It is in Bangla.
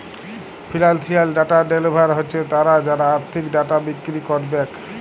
ফিলালসিয়াল ডাটা ভেলডার হছে তারা যারা আথ্থিক ডাটা বিক্কিরি ক্যারবেক